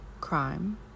crime